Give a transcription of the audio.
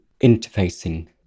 interfacing